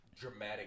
Dramatic